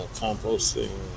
composting